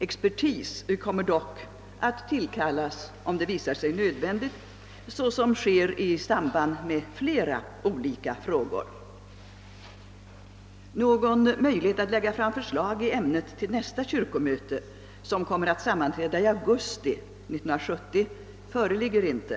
Expertis kommer dock att tillkallas om det visar sig nödvändigt, så som sker i samband med flera olika frågor. Någon möjlighet att lägga fram förslag i ämnet till nästa kyrkomöte, som kommer att sammanträda i augusti 1970, föreligger inte.